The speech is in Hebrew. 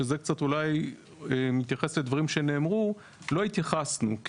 שזה קצת אולי מתייחס לדברים שנאמרו לא התייחסנו,